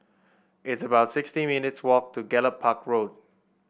it's about sixty minutes' walk to Gallop Park Road